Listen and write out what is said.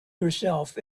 yourself